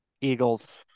Eagles